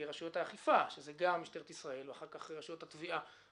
כרשויות האכיפה שזה גם משטרת ישראל ואחר כך רשויות התביעה,